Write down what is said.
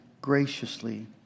graciously